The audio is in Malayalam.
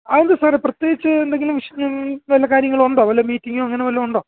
അതെന്താ സാറേ പ്രത്യേകിച്ച് എന്തെങ്കിലും വല്ല കാര്യങ്ങളൊ ഉണ്ടോ വല്ല മീറ്റിങ്ങോ അങ്ങനെ വല്ലതും ഉണ്ടോ